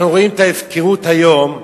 אנחנו רואים את ההפקרות היום,